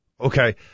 Okay